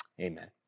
amen